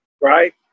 right